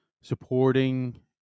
supporting